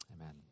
amen